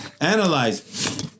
Analyze